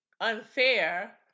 unfair